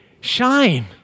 shine